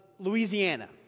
Louisiana